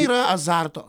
yra azarto